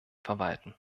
verwalten